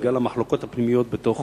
בגלל המחלוקות הפנימיות בתוך